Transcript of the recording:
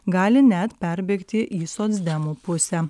gali net perbėgti į socdemų pusę